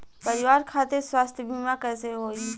परिवार खातिर स्वास्थ्य बीमा कैसे होई?